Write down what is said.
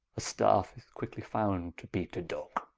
a staffe is quickly found to beat a dogge